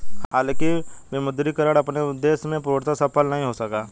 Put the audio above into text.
हालांकि विमुद्रीकरण अपने उद्देश्य में पूर्णतः सफल नहीं हो सका